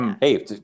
Hey